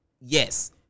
yes